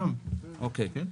גם, כן.